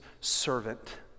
servant